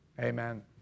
Amen